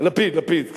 יאיר לפיד.